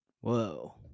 Whoa